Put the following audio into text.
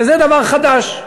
שזה דבר חדש.